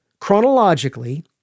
chronologically